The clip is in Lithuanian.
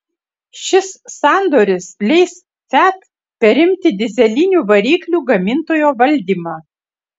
šis sandoris leis fiat perimti dyzelinių variklių gamintojo valdymą